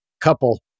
couple